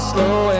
Slow